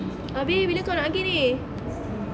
abeh bila kau nak pergi ni